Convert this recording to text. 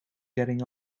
getting